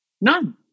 None